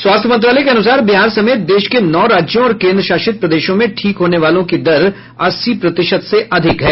स्वास्थ्य मंत्रालय के अनुसार बिहार समेत देश के नौ राज्यों और केन्द्रशासित प्रदेशों में ठीक होने वालों की दर अस्सी प्रतिशत है